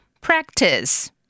Practice